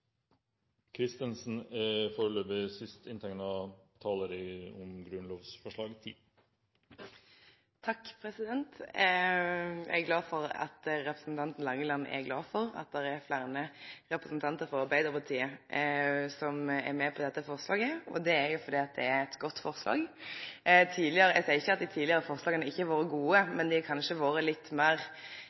er fleire representantar frå Arbeidarpartiet som er med på dette forslaget. Det er fordi det er eit godt forslag. Eg seier ikkje at dei tidlegare forslaga ikkje har vore gode, men ein har kanskje vore litt meir